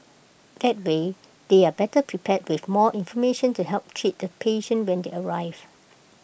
that way they are better prepared with more information to help treat the patient when they arrive